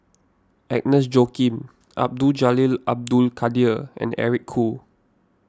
Agnes Joaquim Abdul Jalil Abdul Kadir and Eric Khoo